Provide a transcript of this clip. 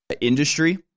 Industry